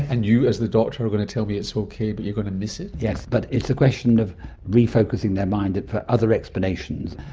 and you as the doctor are going to tell me it's okay but you're going to miss it? yes, but it's a question of refocusing their mind for other explanations.